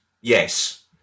yes